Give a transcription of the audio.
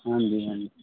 ਹਾਂਜੀ ਹਾਂਜੀ